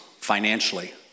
Financially